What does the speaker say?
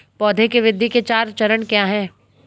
पौधे की वृद्धि के चार चरण क्या हैं?